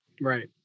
Right